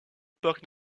parc